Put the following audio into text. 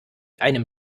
einem